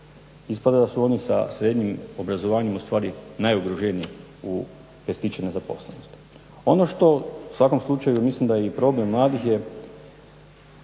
Ispada da su oni sa srednjim obrazovanjem ustvari najugroženiji što se tiče nezaposlenosti. Ono što u svakom slučaju mislim da je i problem mladih je,